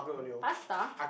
pasta